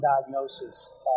diagnosis